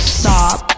stop